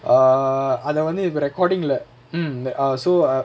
err அத வந்து இப்ப:atha vanthu ippa recording lah mm err so a